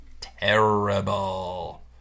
terrible